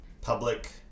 Public